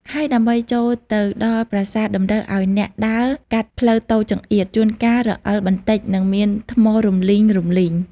ហើយដើម្បីចូលទៅដល់ប្រាសាទតម្រូវឱ្យអ្នកដើរកាត់ផ្លូវតូចចង្អៀត ជួនកាលរអិលបន្តិចនិងមានថ្មរំលីងៗ។